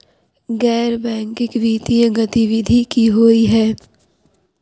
गैर बैंकिंग वित्तीय गतिविधि की होइ है?